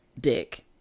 dick